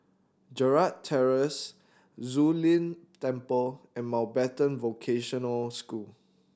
Gerald Terrace Zu Lin Temple and Mountbatten Vocational School